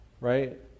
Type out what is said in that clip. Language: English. right